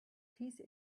peace